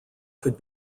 could